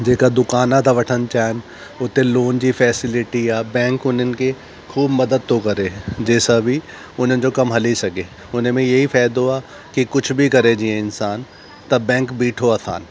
जेका दुकान था वठणु चाहिनि उते लोन जी फेसिलिटी आहे बैंक उन्हनि खे ख़ूब मदद थो करे जंहिं सां बि उन्हनि जो कमु हली सघे उन में इहो ई फ़ाइदो आहे की कुझु बि करे जीअं इंसान त बैंक बीठो आहे साण